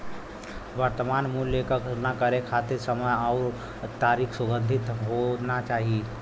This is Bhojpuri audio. वर्तमान मूल्य क तुलना करे खातिर समय आउर तारीख सुसंगत होना चाही